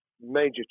major